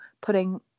putting